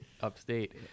upstate